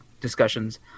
discussions